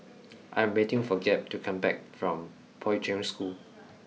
I am waiting for Gabe to come back from Poi Ching School